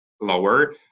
Lower